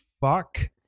fuck